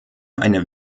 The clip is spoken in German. eine